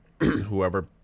whoever